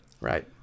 Right